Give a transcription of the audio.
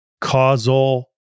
causal